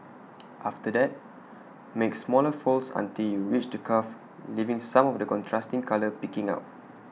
after that make smaller folds until you reach the cuff leaving some of the contrasting colour peeking out